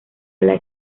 las